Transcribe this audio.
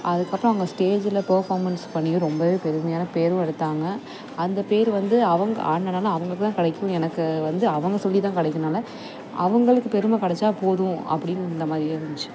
அதுக்கப்புறம் அவங்க ஸ்டேஜில் ஃபர்பார்மென்ஸ் பண்ணி ரொம்பவே பெருமையான பேரும் எடுத்தாங்க அந்த பேரு வந்து அவங்க ஆடுனனால அவங்களுக்குதான் கிடைக்கும் எனக்கு வந்து அவங்க சொல்லி தான் கிடைக்குனால அவங்களுக்கு பெருமை கிடைச்சால் போதும் அப்படின்னு இந்தமாதிரியே இருந்துச்சு